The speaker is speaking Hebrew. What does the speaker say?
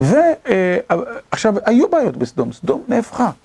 ועכשיו, היו בעיות בסדום, סדום נהפכה.